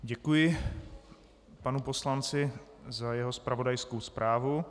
Děkuji panu poslanci za jeho zpravodajskou zprávu.